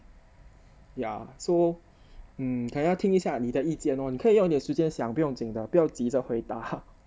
ya so mm 等一下听一下你的意见 lor 你可以用点时间想不用紧的不要急着回答 ha